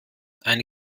eine